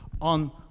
on